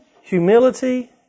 humility